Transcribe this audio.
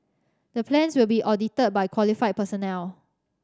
the plans will be audited by qualified personnel